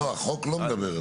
לא, החוק לא מדבר על זה.